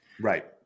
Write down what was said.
Right